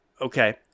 Okay